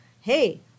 hey